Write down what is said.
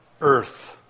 Earth